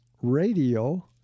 radio